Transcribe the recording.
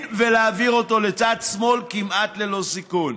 ולהעביר אותו לצד שמאל כמעט ללא סיכון.